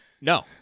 No